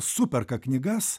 superka knygas